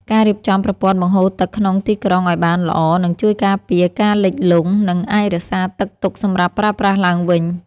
ការរៀបចំប្រព័ន្ធបង្ហូរទឹកក្នុងទីក្រុងឱ្យបានល្អនឹងជួយការពារការលិចលង់ និងអាចរក្សាទឹកទុកសម្រាប់ប្រើប្រាស់ឡើងវិញ។